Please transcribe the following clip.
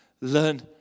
Learn